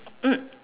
mm